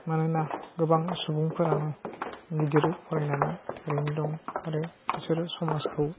मानोना गोबां सुबुंफोरानो गिदिर फरायनानै ओरैनो दं आरो बिसोरो समाजखौ